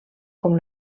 com